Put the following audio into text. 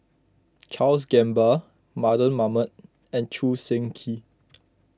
Charles Gamba Mardan Mamat and Choo Seng Quee